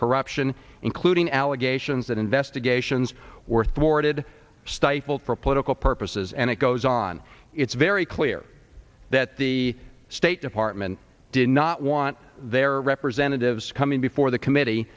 corruption including allegations that investigations were thwarted stifled for political purposes and it goes on it's very clear that the state department did not want their representatives coming before the committee